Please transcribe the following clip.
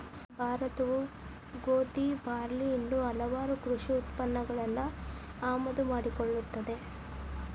ಭಾರತವು ಗೋಧಿ, ಬಾರ್ಲಿ ಇನ್ನೂ ಹಲವಾಗು ಕೃಷಿ ಉತ್ಪನ್ನಗಳನ್ನು ಆಮದು ಮಾಡಿಕೊಳ್ಳುತ್ತದೆ